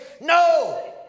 No